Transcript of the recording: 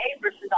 versus